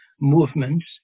movements